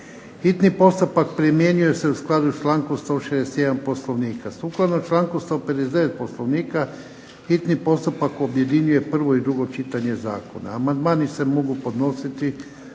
Hitni postupak primjenjuje se u skladu s člankom 161. POslovnika. Sukladno članku 159. POslovnika hitni postupak objedinjuje prvo i drugo čitanje zakona.